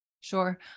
Sure